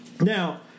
Now